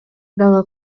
дагы